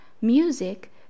Music